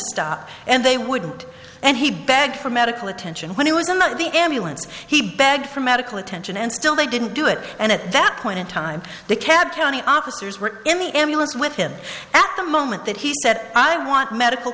stop and they would and he begged for medical attention when he was among the ambulance he begged for medical attention and still they didn't do it and at that point in time the cab county officers were in the ambulance with him at the moment that he said i want medical